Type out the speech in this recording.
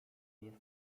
jest